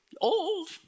old